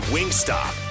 Wingstop